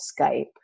Skype